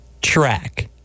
Track